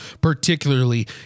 particularly